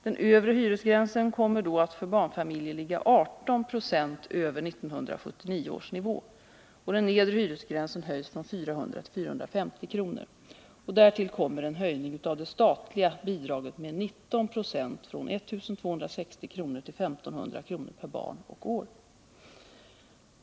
Den övre hyresgränsen kommer då att för barnfamiljer ligga 18 20 över 1979 års nivå. Den nedre hyresgränsen höjs från 400 kr. till 450 kr. Därtill kommer en höjning av det statliga bidraget med 19 90 från 1 260 kr. till 1500 kr. per barn och år.